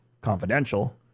confidential